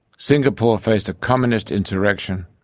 singapore faced a communist insurrection,